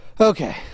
Okay